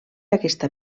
aquesta